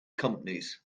companies